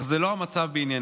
אך זה לא המצב בענייננו.